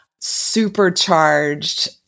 supercharged